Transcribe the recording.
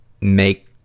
make